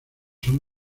son